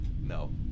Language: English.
No